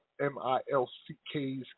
M-I-L-C-K's